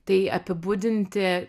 tai apibūdinti